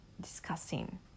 discussing